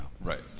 Right